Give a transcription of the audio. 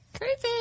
Creepy